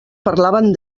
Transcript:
parlaven